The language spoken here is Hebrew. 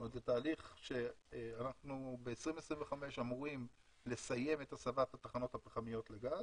זה תהליך שאמורים ב-2025 לסיים את הסבת התחנות הפחמיות לגז,